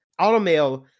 Automail